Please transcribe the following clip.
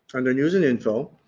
under news and info,